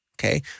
Okay